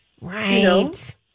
Right